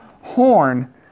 horn